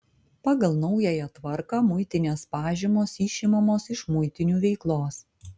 pagal naująją tvarką muitinės pažymos išimamos iš muitinių veiklos